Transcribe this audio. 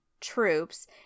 troops